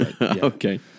Okay